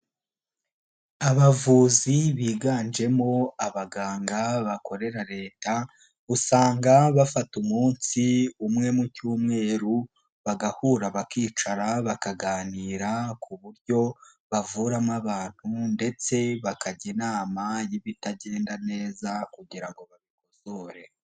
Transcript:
Abavuzi biganjemo abaganga bakorera Leta usanga bafata umunsi umwe mu cyumweru, bagahura bakicara bakaganira ku buryo bavuramo abantu ndetse bakajya inama y'ibitagenda neza kugira ngo bakosore.